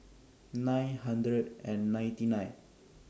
nine hundred and ninety nine